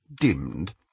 dimmed